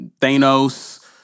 Thanos